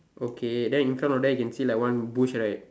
okay then in front of them can see like one bush right